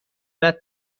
بعد